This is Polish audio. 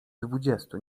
dwudziestu